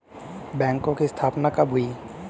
बैंकों की स्थापना कब हुई?